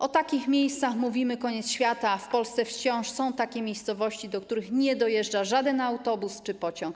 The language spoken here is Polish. O takich miejscach mówimy: koniec świata, a w Polsce wciąż są miejscowości, do których nie dojeżdża żaden autobus czy pociąg.